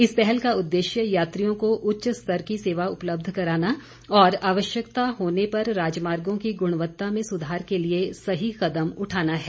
इस पहल का उद्देश्य यात्रियों को उच्च स्तर की सेवा उपलब्ध कराना और आवश्यकता होने पर राजमार्गो की ग्णवत्ता में सुधार के लिए सही कदम उठाना है